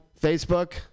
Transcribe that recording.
Facebook